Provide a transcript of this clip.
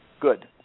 Good